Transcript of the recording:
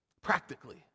Practically